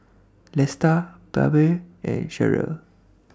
Lesta Babe and Cherelle